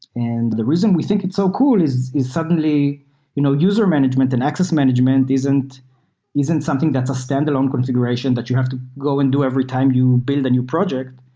and the reason we think it's so cool is is suddenly you know user management and access management isn't isn't something that's a standalone configuration that you have to go and do every time you build a new project,